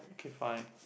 okay fine